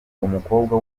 umukobwa